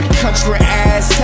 country-ass